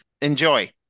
Enjoy